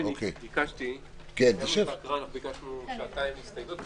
ביקשנו שעתיים להסתייגויות.